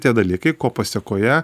tie dalykai ko pasekoje